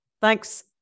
Thanks